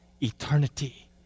eternity